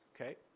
Okay